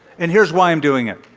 and here's why i'm doing it.